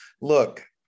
look